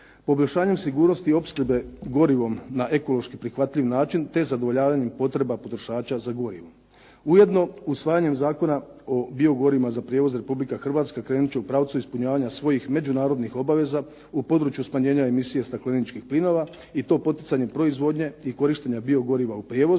poboljšanjem sigurnosti opskrbe gorivom na ekološki prihvatljiv način, te zadovoljavanjem potreba potrošača za gorivom. Ujedno usvajanjem Zakona o biogorivima za prijevoz Republika Hrvatska krenut će u pravcu ispunjavanja svojih međunarodnih obaveza u području smanjenja emisije stakleničkih plinova i to poticanjem proizvodnje i korištenja biogoriva u prijevozu